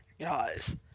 guys